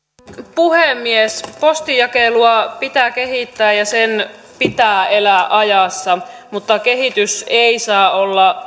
puhemies postinjakelua pitää kehittää ja sen pitää elää ajassa mutta kehitys ei saa olla